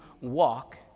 walk